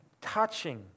touching